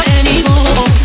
anymore